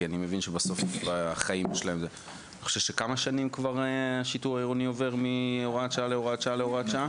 כבר כמה שנים השיטור העירוני עובר מהוראת שעה להוראת שעה?